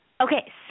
Okay